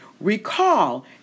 Recall